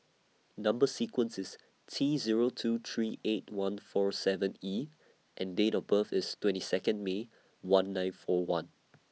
Number sequence IS T Zero two three eight one four seven E and Date of birth IS twenty Second May one nine four one